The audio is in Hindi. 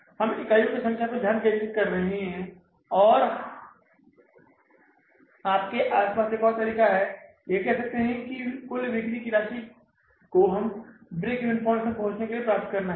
हम इकाइयों की संख्या पर ध्यान केंद्रित कर रहे हैं या आपके आस पास एक और तरीका यह कह सकते हैं कि कुल बिक्री की कितनी राशि को हमें ब्रेक ईवन प्वाइंट पर पहुंचने के लिए प्राप्त करना है